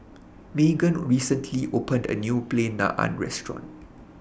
Maegan recently opened A New Plain Naan Restaurant